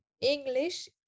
English